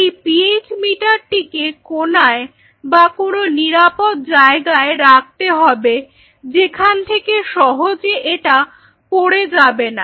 এই পিএইচ মিটারটিকেকোনায় বা কোনো নিরাপদ জায়গায় রাখতে হবে যেখান থেকে সহজে এটা পড়ে যাবে না